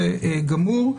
דרך האפליקציה.